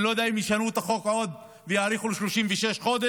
ואני לא יודע אם ישנו את החוק עוד ויאריכו ל-36 חודשים,